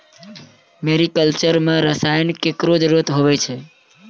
मेरी culture म रसायन केरो जरूरत होय छै